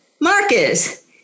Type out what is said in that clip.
Marcus